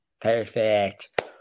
Perfect